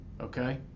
okay